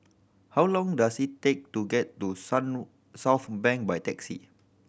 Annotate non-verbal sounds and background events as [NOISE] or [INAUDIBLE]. how long does it take to get to sun [UNINTELLIGIBLE] Southbank by taxi